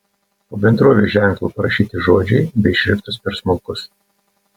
po bendrovės ženklu parašyti žodžiai bet šriftas per smulkus